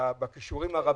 בכישורים הרבים,